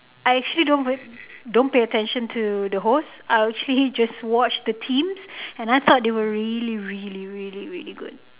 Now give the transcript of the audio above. I actually don't wa~ don't pay attention to the host I actually just watch the teams and I thought that they were really really really really good